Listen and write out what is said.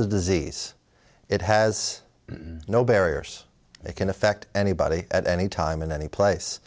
this disease it has no barriers it can affect anybody at any time in any place